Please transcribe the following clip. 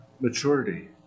maturity